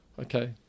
Okay